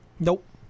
Nope